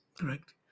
correct